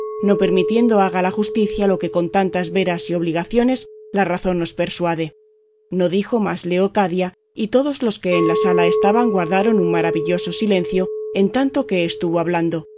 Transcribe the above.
no permitiendo haga la justicia lo que con tantas veras y obligaciones la razón os persuade no dijo más leocadia y todos los que en la sala estaban guardaron un maravilloso silencio en tanto que estuvo hablando